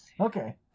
Okay